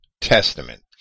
Testament